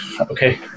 Okay